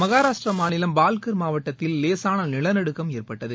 மகாராஷ்ட்ர மாநிலம் பால்கர் மாவட்டத்தில் லேசான நிலநடுக்கம் ஏற்பட்டது